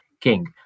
king